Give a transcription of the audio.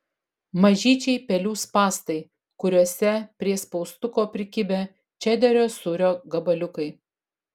mažyčiai pelių spąstai kuriuose prie spaustuko prikibę čederio sūrio gabaliukai